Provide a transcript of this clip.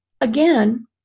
again